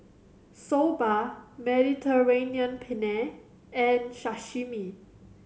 Soba Mediterranean Penne and Sashimi